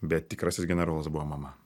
bet tikrasis generolas buvo mama